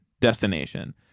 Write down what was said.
destination